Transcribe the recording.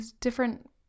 different